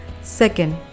Second